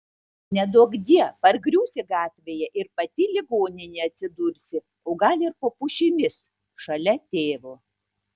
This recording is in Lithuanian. neduokdie pargriūsi gatvėje ir pati ligoninėje atsidursi o gal ir po pušimis šalia tėvo